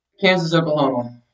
Kansas-Oklahoma